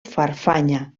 farfanya